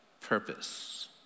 purpose